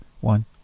one